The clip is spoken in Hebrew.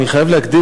אני חייב להקדים,